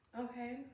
Okay